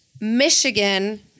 Michigan